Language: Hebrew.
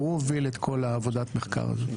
והוא הוביל את כול עבודת המחקר הזאת.